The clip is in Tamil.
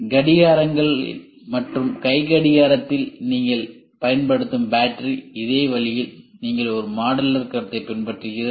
கடிகாரங்களில் மற்றும் கை கடிகாரத்தில் நீங்கள் பயன்படுத்தும் பேட்டரி அதே வழியில் நீங்கள் ஒரு மாடுலாரிடி கருத்தை பின்பற்றுகிறது